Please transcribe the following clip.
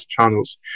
channels